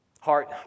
Heart